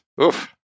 Oof